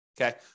Okay